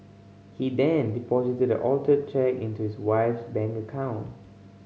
he then deposited the altered cheque into his wife's bank account